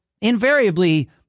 invariably